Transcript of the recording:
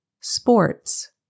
Sports